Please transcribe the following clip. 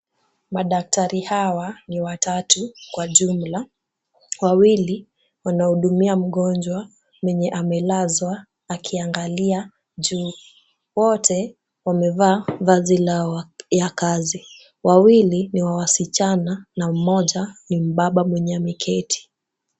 Madaktari hawa ni watatu kwa jumla wawili wanahudumia mgonjwa mwenye amelaswa akiangalia juu wote wamevaa vazi ya kazi wawili ni wasichana na mmoja ni mbaba mwenye ameketi